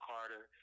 Carter